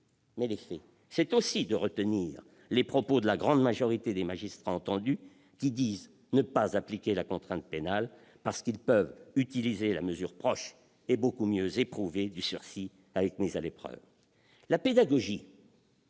Les faits, c'est aussi prendre en compte les propos de la grande majorité des magistrats entendus qui disent ne pas appliquer la contrainte pénale parce qu'ils peuvent utiliser la mesure proche et plus éprouvée du sursis avec mise à l'épreuve. La pédagogie,